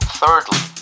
thirdly